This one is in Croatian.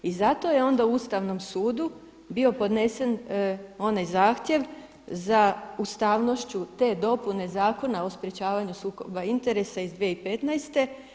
I zato je onda ustavnom sudu bio podnesen onaj zahtjev za ustavnošću te dopune zakona o sprečavanju sukoba interesa iz 2015.